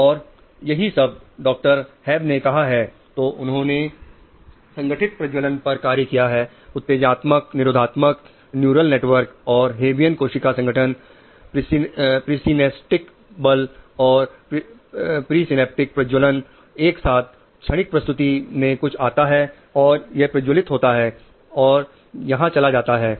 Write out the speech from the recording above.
और यही सब डॉक्टर हैब ने कहा है तो उन्होंने संगठित प्रज्वलन पर कार्य किया है उत्तेजनात्मक निरोधात्मक न्यूरल नेटवर्क और हेबियन कोशिका संगठन प्रिसिनेप्टिक बल और प्रिंसिनेप्टिक प्रज्वलन एक साथ क्षणिक प्रस्तुति में कुछ आता है तो यह प्रज्वलित होता है और यहां चला जाता है